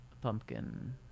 Pumpkin